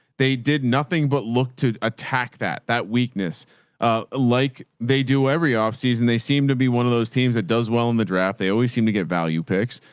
they did nothing, but look to attack that, that weakness ah like they do every off season, they seem to be one of those teams that does well in the draft. they always seem to get value picks.